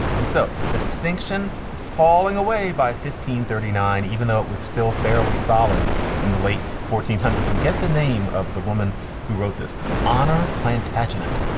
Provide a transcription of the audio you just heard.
and so the distinction is falling away by fifteen thirty nine, even though it was still fairly solid in the late forty s, and hundreds. and get the name of the woman who wrote this honour, plantagenet.